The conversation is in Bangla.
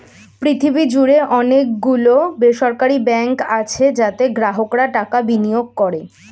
পৃথিবী জুড়ে অনেক গুলো বেসরকারি ব্যাঙ্ক আছে যাতে গ্রাহকরা টাকা বিনিয়োগ করে